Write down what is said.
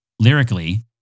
lyrically